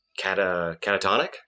catatonic